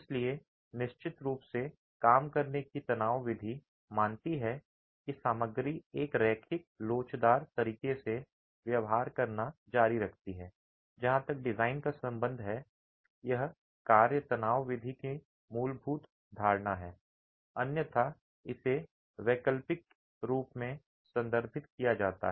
इसलिए निश्चित रूप से काम करने की तनाव विधि मानती है कि सामग्री एक रैखिक लोचदार तरीके से व्यवहार करना जारी रखती है जहां तक डिजाइन का संबंध है यह कार्य तनाव विधि की मूलभूत धारणा है अन्यथा इसे वैकल्पिक के रूप में संदर्भित किया जाता है